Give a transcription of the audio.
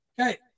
Okay